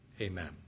Amen